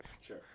Sure